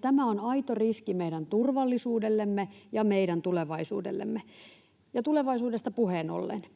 Tämä on aito riski meidän turvallisuudellemme ja meidän tulevaisuudellemme. Ja tulevaisuudesta puheen ollen,